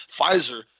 Pfizer